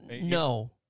no